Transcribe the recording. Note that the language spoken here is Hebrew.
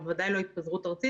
ובוודאי לא התפזרות ארצית.